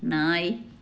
நாய்